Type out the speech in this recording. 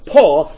Paul